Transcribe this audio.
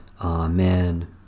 Amen